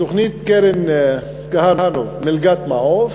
תוכנית קרן כהנוף, "מלגת מעוף",